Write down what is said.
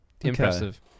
Impressive